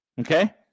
Okay